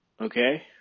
Okay